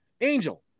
Angel